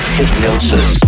Hypnosis